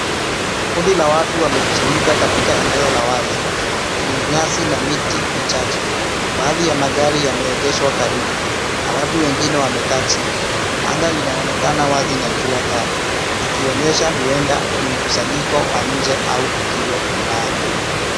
Kundi la watu wamekusanyika katika eneo la wazi, lenye nyasi na miti michache. Baadhi ya magari yameegeshwa karibu, na watu wengine wamekaa chini. Anga linaonekana wazi na jua kali, ikionyesha huenda ni mkusanyiko wa nje au tukio fulani.